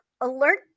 alert